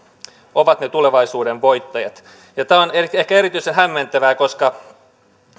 ovat ne tulevaisuuden voittajat tämä on ehkä erityisen hämmentävää koska